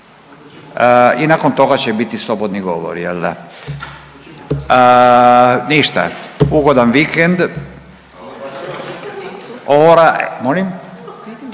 i nakon toga će biti slobodni govori jel da. Ništa, ugodan vikend …/Govornik